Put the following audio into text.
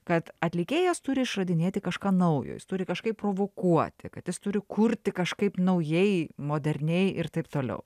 kad atlikėjas turi išradinėti kažką naujo jis turi kažkaip provokuoti kad jis turi kurti kažkaip naujai moderniai ir taip toliau